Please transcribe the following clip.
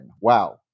Wow